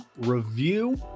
review